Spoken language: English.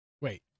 Wait